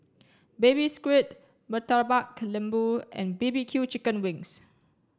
baby squid murtabak lembu and B B Q chicken wings